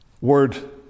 word